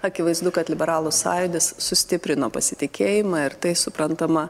akivaizdu kad liberalų sąjūdis sustiprino pasitikėjimą ir tai suprantama